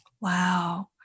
Wow